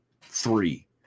Three